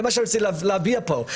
זה מה שרציתי להביע פה.